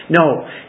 No